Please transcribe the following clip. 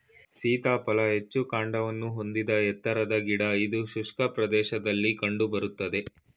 ಸೀತಾಫಲ ಹೆಚ್ಚು ಕಾಂಡವನ್ನು ಹೊಂದಿದ ಎತ್ತರದ ಗಿಡ ಇದು ಶುಷ್ಕ ಪ್ರದೇಶದಲ್ಲಿ ಕಂಡು ಬರ್ತದೆ